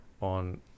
on